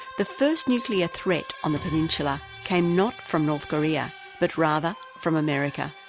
the first nuclear threat on the peninsula came not from north korea but rather from america.